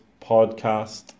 podcast